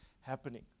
happening